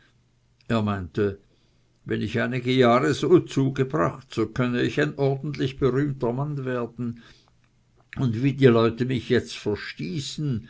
er meinte wenn ich einige jahre so zugebracht so könne ich ein ordentlich berühmter mann werden und wie die leute mich jetzt verstießen